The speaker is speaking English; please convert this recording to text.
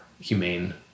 humane